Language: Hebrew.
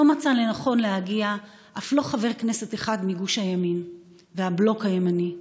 לא מצא לנכון להגיע אף לא חבר כנסת אחד מגוש הימין והבלוק הימני.